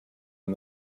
and